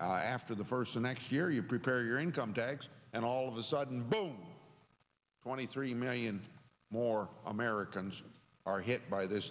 after the first or next year you prepare your income tax and all of a sudden boom twenty three million more americans are hit by this